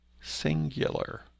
singular